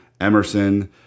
Emerson